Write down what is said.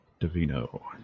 Davino